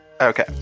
Okay